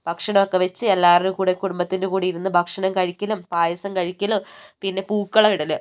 ഭക്ഷണം ഒക്കെ വെച്ച് എല്ലാവരുടെ കൂടെ കുടുംബത്തിൻ്റെ കൂടെ ഇരുന്ന് ഭക്ഷണം കഴിക്കലും പായസം കഴിക്കലും പിന്നെ പൂക്കളം ഇടൽ